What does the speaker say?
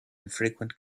infrequent